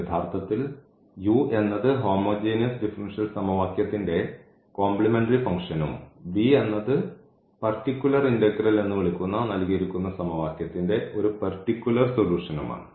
യഥാർത്ഥത്തിൽ എന്നത് homogeneous differential സമവാക്യത്തിന്റെ കോംപ്ലിമെന്ററി ഫംഗ്ഷനും എന്നത് പർട്ടിക്കുലർ ഇന്റഗ്രൽ എന്നു വിളിക്കുന്ന നൽകിയിരിക്കുന്ന സമവാക്യത്തിൻറെ ഒരു പർട്ടിക്കുലർ സൊലൂഷൻഉം ആണ്